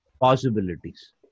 Possibilities